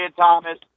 Thomas